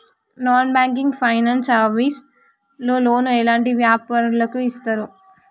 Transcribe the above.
Non banking finance service లో loan ఎలాంటి వ్యాపారులకు ఇస్తరు?